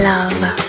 Love